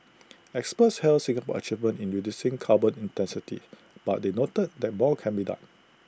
experts hailed Singapore's achievement in reducing carbon intensity but they noted that more can be done